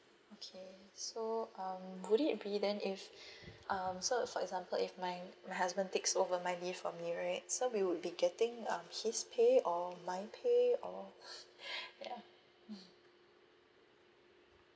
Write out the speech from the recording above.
okay so um would it be then if um so for example if my my husband takes over my leave for me right so we would be getting um his pay or my pay or ya mm